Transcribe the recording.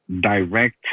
direct